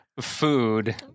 food